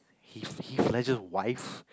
Heath Heath-Ledger's wife